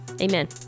amen